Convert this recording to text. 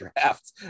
draft